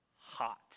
hot